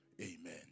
Amen